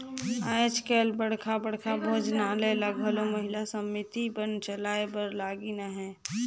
आएज काएल बड़खा बड़खा भोजनालय ल घलो महिला समिति मन चलाए बर लगिन अहें